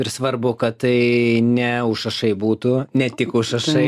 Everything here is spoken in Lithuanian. ir svarbu kad tai ne užrašai būtų ne tik užrašai